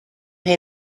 paid